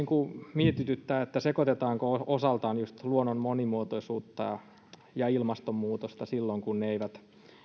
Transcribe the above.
mietityttää sekoitetaanko osaltaan just luonnon monimuotoisuutta ja ilmastonmuutosta silloin kun ne eivät